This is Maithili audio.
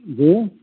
जी